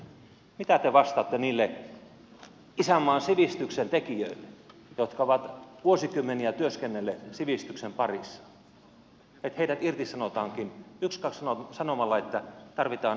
mitä te vastaatte niille isänmaan sivistyksen tekijöille jotka ovat vuosikymmeniä työskennelleet sivistyksen parissa kun heidät irtisanotaankin ykskaks sanomalla että tarvitaan säästöjä